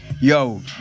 yo